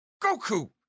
Goku